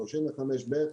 35(א), 35(ב).